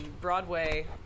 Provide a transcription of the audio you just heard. Broadway